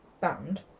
band